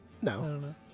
No